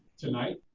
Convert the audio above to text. tonight,